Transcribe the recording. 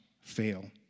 fail